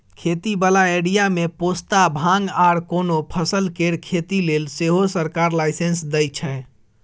खेती बला एरिया मे पोस्ता, भांग आर कोनो फसल केर खेती लेले सेहो सरकार लाइसेंस दइ छै